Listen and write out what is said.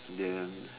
then